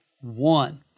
one